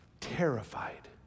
terrified